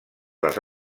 les